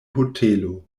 hotelo